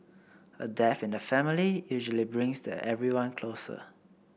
a death in the family usually brings the everyone closer